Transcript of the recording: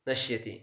नश्यति